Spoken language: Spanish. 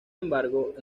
embargo